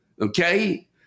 okay